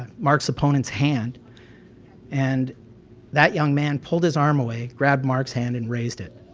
um marks' opponents hand and that young man pulled his arm away, grabbed mark's hand and raised it.